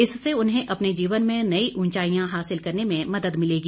इससे उन्हें अपने जीवन में नई ऊंचाईयां हासिल करने में मदद मिलेगी